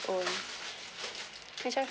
own which I